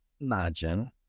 Imagine